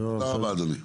תודה רבה אדוני.